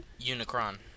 Unicron